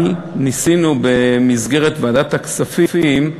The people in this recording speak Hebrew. אבל ניסינו, במסגרת ועדת הכספים,